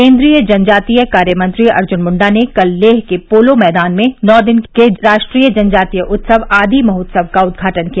केंद्रीय जनजातीय कार्य मंत्री अर्जुन मुंडा ने कल लेह के पोलो मैदान में नौ दिन के राष्ट्रीय जनजातीय उत्सव आदी महोत्सव का उद्घाटन किया